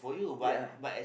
ya